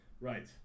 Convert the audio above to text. Right